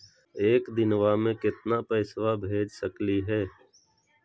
एक दिनवा मे केतना पैसवा भेज सकली हे?